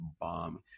bomb